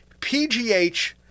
PGH